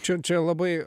čia labai